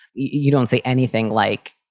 you don't say anything like,